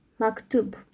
maktub